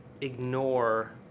ignore